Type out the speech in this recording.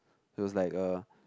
it was like a